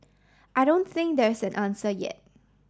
I don't think there's an answer yet